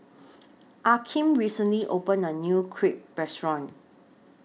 Akeem recently opened A New Crepe Restaurant